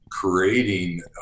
creating